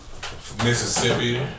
Mississippi